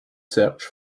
search